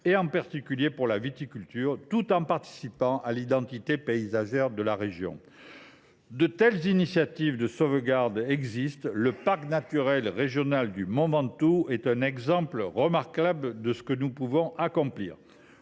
en particulier pour la viticulture, tout en participant de l’identité paysagère de la région. Des initiatives de sauvegarde existent, et le parc naturel régional (PNR) du Mont Ventoux est à cet égard un exemple remarquable de ce que nous pouvons accomplir